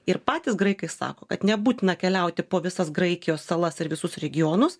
ir patys graikai sako kad nebūtina keliauti po visas graikijos salas ar visus regionus